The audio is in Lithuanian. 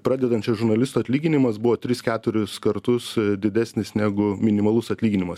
pradedančio žurnalisto atlyginimas buvo tris keturis kartus didesnis negu minimalus atlyginimas